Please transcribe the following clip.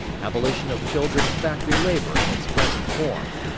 abolition of children's factory labour in its present form.